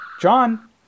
John